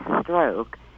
stroke